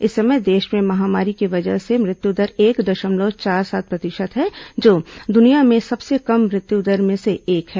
इस समय देश में महामारी की वजह से मृत्यु दर एक दशमलव चार सात प्रतिशत है जो दुनिया में सबसे कम मृत्यु दर में से एक है